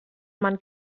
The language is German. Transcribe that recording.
man